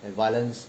and violence